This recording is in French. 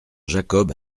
jacob